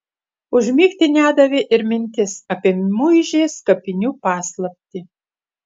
užmigti nedavė ir mintis apie muižės kapinių paslaptį